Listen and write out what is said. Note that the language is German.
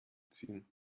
ziehen